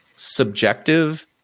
subjective